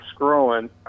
scrolling